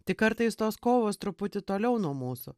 tik kartais tos kovos truputį toliau nuo mūsų